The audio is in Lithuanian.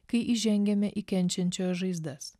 kai įžengiame į kenčiančiojo žaizdas